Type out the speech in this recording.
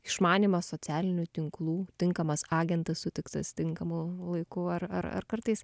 išmanymas socialinių tinklų tinkamas agentas sutiktas tinkamu laiku ar ar arkartais